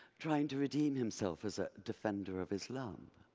trying to redeem himself as a defender of islam.